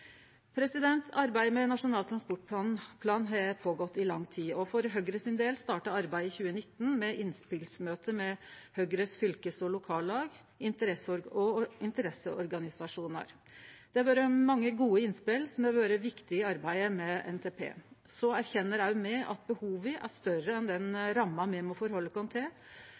Arbeidet med Nasjonal transportplan har gått føre seg i lang tid. For Høgres del starta arbeidet i 2019 med innspelsmøte med Høgres fylkes- og lokallag og interesseorganisasjonar. Det har vore mange gode innspel som har vore viktige i arbeidet med NTP. Så erkjenner òg me at behova er større enn den ramma me må halde oss til.